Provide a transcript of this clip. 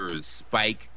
spike